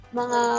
mga